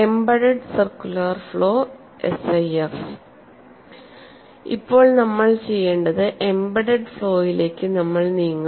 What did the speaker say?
embedded circular flow SIF ഇപ്പോൾ നമ്മൾ ചെയ്യേണ്ടത് എംബഡെഡ് ഫ്ലോയിലേക്ക് നമ്മൾ നീങ്ങും